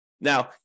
Now